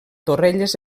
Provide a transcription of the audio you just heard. torrelles